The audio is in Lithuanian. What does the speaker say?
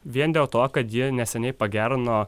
vien dėl to kad jie neseniai pagerino